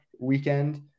weekend